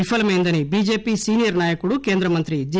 విఫలమైందని BJP senior నాయకుడు కేంద్ర మంత్రి జి